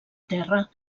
terra